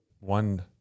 one